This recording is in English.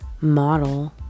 model